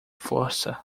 força